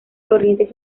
corrientes